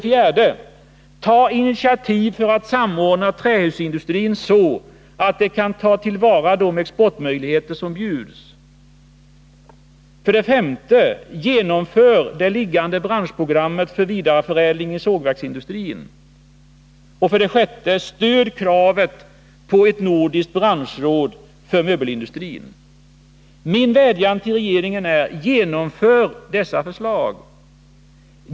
4. Ta initiativ för att samordna trähusindustrin, så att den kan ta till vara de exportmöjligheter som bjuds! 5. Genomför det liggande branschprogrammet för vidareförädling i sågverksindustrin! 6. Stöd kravet på ett nordiskt branschråd för möbelindustrin! Min vädjan till regeringen är: Genomför dessa förslag!